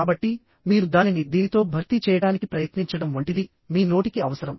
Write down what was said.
కాబట్టి మీరు దానిని దీనితో భర్తీ చేయడానికి ప్రయత్నించడం వంటిది మీ నోటికి అవసరం